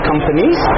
companies